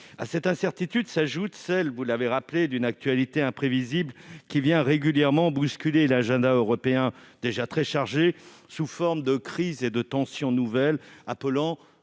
À cette incertitude s'ajoute celle d'une actualité imprévisible, qui vient régulièrement bousculer un agenda européen déjà très contraint, sous la forme de crises et de tensions nouvelles appelant